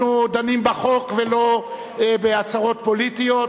אנחנו דנים בחוק ולא בהצהרות פוליטיות,